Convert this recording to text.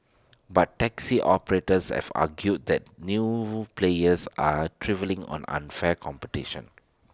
but taxi operators have argued that new players are on unfair competition